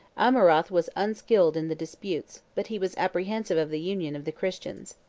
amurath was unskilled in the disputes, but he was apprehensive of the union, of the christians.